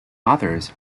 others